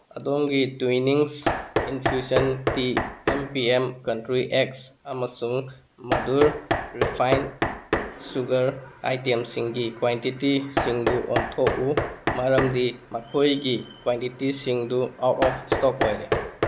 ꯑꯗꯣꯝꯒꯤ Twinings infusion T M P M country eggs ꯑꯃꯁꯨꯡ Madhur refined sugar ꯑꯥꯏꯇꯦꯝꯁꯤꯡꯒꯤ ꯀ꯭ꯋꯥꯏꯟꯇꯤꯇꯤꯁꯤꯡꯗꯨ ꯑꯣꯟꯊꯣꯛꯎ ꯃꯔꯝꯗꯤ ꯃꯈꯣꯏꯒꯤ ꯀ꯭ꯋꯥꯏꯟꯇꯤꯇꯤꯁꯤꯡꯗꯨ ꯑꯥꯎꯠ ꯑꯣꯐ ꯁ꯭ꯇꯣꯛ ꯑꯣꯏꯔꯦ